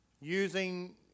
using